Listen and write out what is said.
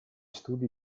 studi